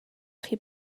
chi